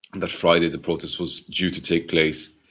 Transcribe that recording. that friday the protest was due to take place,